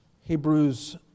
Hebrews